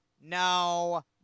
no